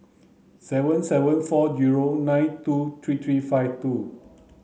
seven seven four zero nine two three three five two